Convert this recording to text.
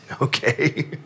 okay